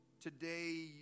Today